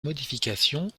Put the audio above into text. modifications